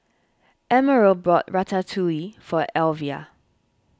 Emerald bought Ratatouille for Elvia